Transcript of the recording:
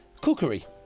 cookery